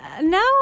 No